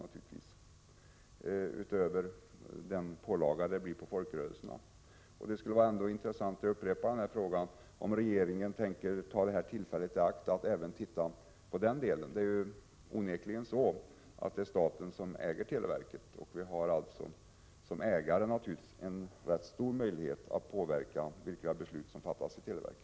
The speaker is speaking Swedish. Dessutom handlar det om en pålaga för folkrörelserna. Det skulle vara intressant — jag upprepar detta — att höra om regeringen tänker ta tillfället i akt och även titta på den biten. Det är ju onekligen så, att det är staten som äger televerket. Som ägare har staten självfallet rätt stora möjligheter att påverka de beslut som fattas av televerket.